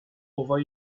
over